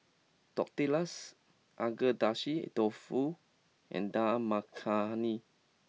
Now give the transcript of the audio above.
Tortillas Agedashi Dofu and Dal Makhani